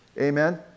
Amen